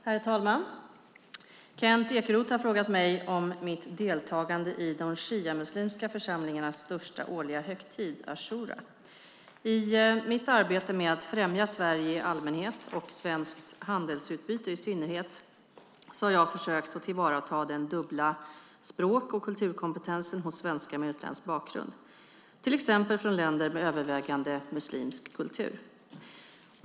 Herr talman! Kent Ekeroth har frågat mig om mitt deltagande i de shiamuslimska församlingarnas största årliga högtid, ashura. I mitt arbete med att främja Sverige i allmänhet och svenskt handelsutbyte i synnerhet har jag försökt tillvarata den dubbla språk och kulturkompetensen hos svenskar med utländsk bakgrund, till exempel från länder med övervägande muslimsk kultur.